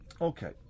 okay